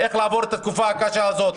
לעבור את התקופה הקשה הזאת,